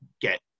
get